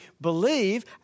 believe